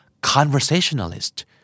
conversationalist